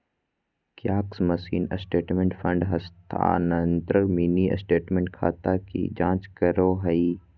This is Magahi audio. कियाक्स मशीन स्टेटमेंट, फंड हस्तानान्तरण, मिनी स्टेटमेंट, खाता की जांच करो हइ